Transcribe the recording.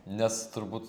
nes turbūt